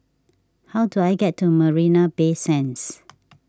how do I get to Marina Bay Sands